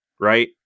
right